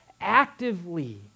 actively